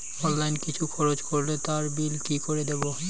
Online কিছু খরচ করলে তার বিল কি করে দেবো?